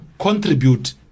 contribute